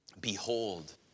behold